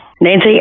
Nancy